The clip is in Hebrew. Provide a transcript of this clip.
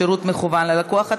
שירות מקוון ללקוח),